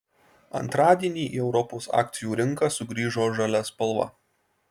antradienį į europos akcijų rinką sugrįžo žalia spalva